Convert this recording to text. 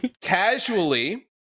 casually